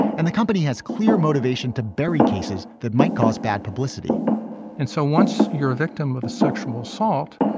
and the company has clear motivation to bury cases that might cause bad publicity and so once you're a victim of a sexual assault,